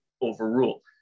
overrule